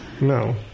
No